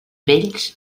vells